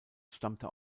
stammte